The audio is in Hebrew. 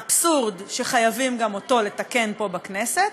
אבסורד שחייבים גם אותו לתקן פה בכנסת,